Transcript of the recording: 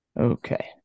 Okay